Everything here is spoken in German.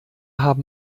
haben